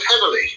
heavily